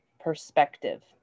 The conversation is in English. Perspective